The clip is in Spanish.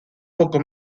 poco